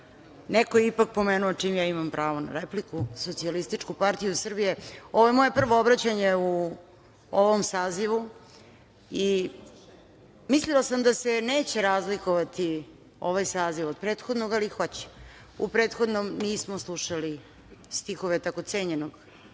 Neko je ipak pomenuo, čim ja imam pravo na repliku, SPS.Ovo je moje prvo obraćanje u ovom sazivu. Mislila sam da se neće razlikovati ovaj saziv od prethodnog, ali hoće. U prethodnom nismo slušali stihove tako cenjenog